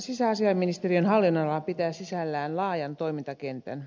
sisäasiainministeriön hallinnonala pitää sisällään laajan toimintakentän